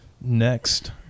Next